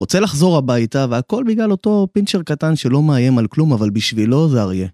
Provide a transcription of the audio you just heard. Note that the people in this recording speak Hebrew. רוצה לחזור הביתה והכל בגלל אותו פינצ'ר קטן שלא מאיים על כלום אבל בשבילו זה אריה